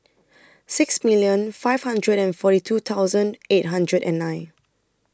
six million five hundred and forty two thousand eight hundred and nine